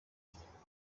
cyane